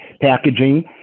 packaging